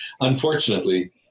Unfortunately